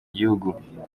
gihugu